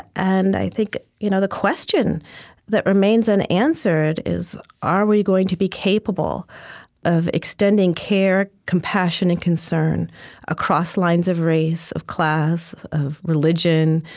and i think you know the question that remains unanswered is are we going to be capable of extending care, compassion, and concern across lines of race, of class, of religion,